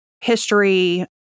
history